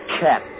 cat